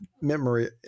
memory